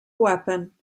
weapon